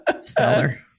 seller